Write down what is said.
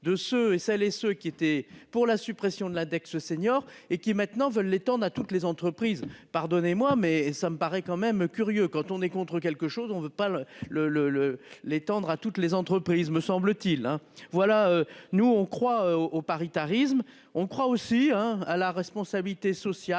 de ceux et celles et ceux qui étaient pour la suppression de l'index senior et qui maintenant veulent l'étendre à toutes les entreprises, pardonnez-moi, mais ça me paraît quand même curieux quand on est contre quelque chose, on ne veut pas le le le le l'étendre à toutes les entreprises me semble-t-il hein. Voilà nous on croit au paritarisme, on croit aussi hein, à la responsabilité sociale.